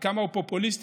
כמה הוא פופוליסטי,